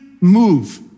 move